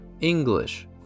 English